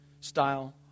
style